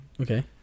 Okay